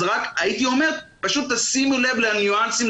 אז רק הייתי אומר שפשוט תשימו לבל לניואנסים,